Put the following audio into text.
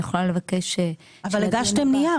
הגשתם נייר,